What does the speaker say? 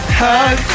hug